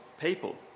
people